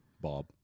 Bob